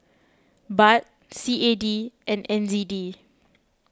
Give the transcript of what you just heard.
Baht C A D and N Z D